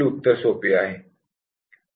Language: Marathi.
उत्तर सोपे आहे